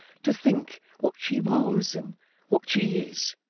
to think what she was and what she is.